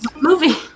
movie